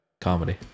comedy